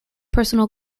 personal